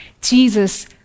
Jesus